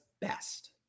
best